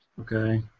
Okay